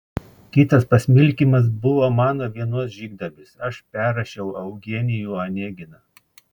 kitas pasmilkymas buvo mano vienos žygdarbis aš perrašiau eugenijų oneginą